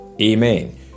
Amen